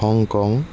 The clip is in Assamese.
হংকং